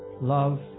Love